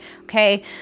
Okay